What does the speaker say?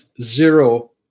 zero